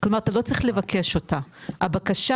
כלומר אתה לא צריך לבקש אותה, עצם